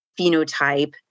phenotype